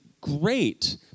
great